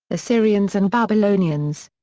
assyrians and babylonians.